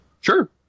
Sure